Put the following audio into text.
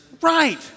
right